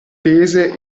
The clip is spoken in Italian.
tese